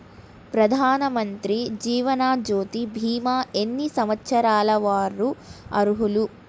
ప్రధానమంత్రి జీవనజ్యోతి భీమా ఎన్ని సంవత్సరాల వారు అర్హులు?